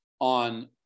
on